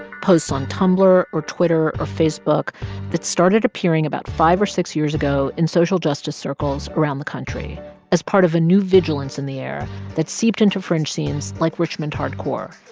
posts on tumblr or twitter or facebook that started appearing about five or six years ago in social justice circles around the country as part of a new vigilance in the air that seeped into fringe scenes like richmond hardcore,